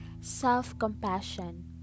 self-compassion